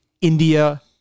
India